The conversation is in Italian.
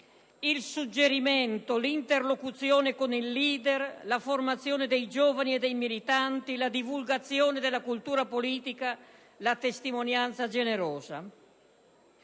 il suggerimento, l'interlocuzione con il leader, la formazione dei giovani e dei militanti, la divulgazione della cultura politica, la testimonianza generosa.